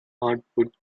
hartford